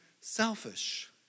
selfish